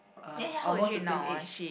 uh almost the same age